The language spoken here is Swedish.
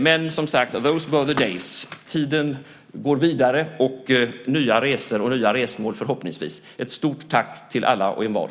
Men those were the days . Tiden går vidare med nya resor och nya resmål förhoppningsvis. Ett stort tack till alla och envar!